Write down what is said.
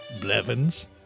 Blevins